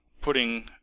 putting